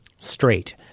straight